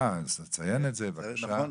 נכון,